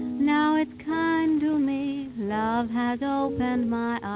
now it's kind to me, love has opened my